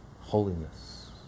Holiness